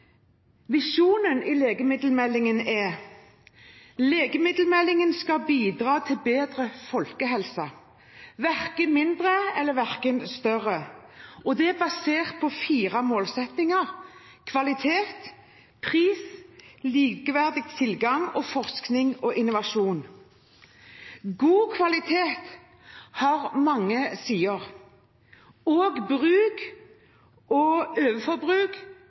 Visjonen i legemiddelmeldingen er at legemiddelpolitikken «skal bidra til bedre folkehelse» – verken mer eller mindre. Det er basert på fire målsettinger: kvalitet, pris, likeverdig tilgang og forskning og innovasjon. God kvalitet har mange sider, og bruk og